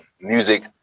music